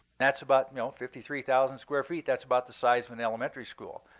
that's about i mean fifty three thousand square feet. that's about the size of an elementary school.